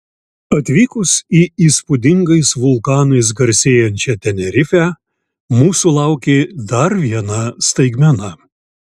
atvykus į įspūdingais vulkanais garsėjančią tenerifę mūsų laukė dar viena staigmena